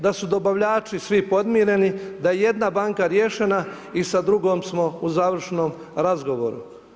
Da su dobavljači svi podmireni, da je jedna banka riješena i sa drugom smo u završnom razgovoru.